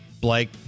Blake